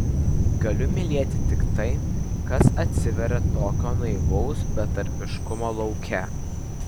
galiu mylėti tik tai kas atsiveria tokio naivaus betarpiškumo lauke